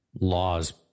laws